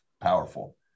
powerful